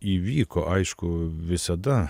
įvyko aišku visada